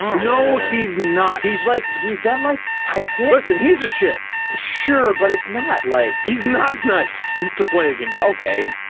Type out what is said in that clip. no, he's not. he's like he's done. like i quite listen, he's a shit. sure, but it's not like he's not nice to play against. okay,